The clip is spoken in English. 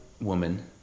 woman